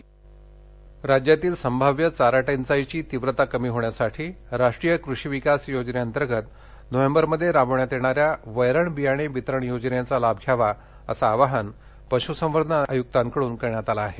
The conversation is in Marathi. चारा वितरण राज्यातील संभाव्य चारा टंचाईची तीव्रता कमी होण्यासाठी राष्ट्रीय कृषी विकास योजनेंतर्गत नोव्हेंबरमध्ये राबविण्यात येणाऱ्या वैरण बियाणे वितरण योजनेचा लाभ घ्यावा असं आवाहन पश्संवर्धन आयुक्तांकडून करण्यात आलं आहे